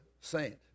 saint